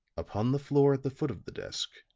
upon the floor at the foot of the desk,